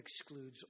excludes